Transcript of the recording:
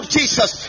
Jesus